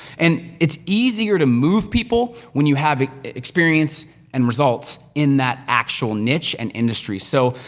and it's easier to move people, when you have experience and results in that actual niche and industry. so,